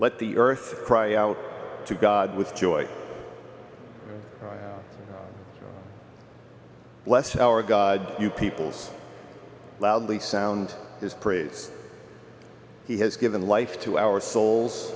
let the earth cry out to god with joy bless our god you people's loudly sound is praise he has given life to our souls